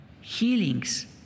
Healings